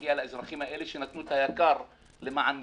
שמגיע לאזרחים האלה שנתנו את היקר למען מדינתנו.